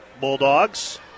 Bulldogs